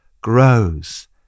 grows